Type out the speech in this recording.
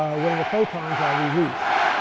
when the photons are released,